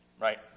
right